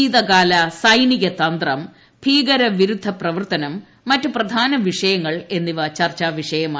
ശീതകാല സൈനികതന്ത്രം ഭീകരവിരുദ്ധ പ്രവർത്തനം മറ്റ് പ്രധാന വിഷയങ്ങൾ എന്നിവ ചർച്ചാവിഷയമായി